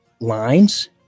lines